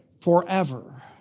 forever